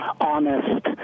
honest